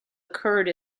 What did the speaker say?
occurred